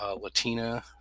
Latina